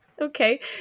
Okay